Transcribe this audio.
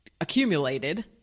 accumulated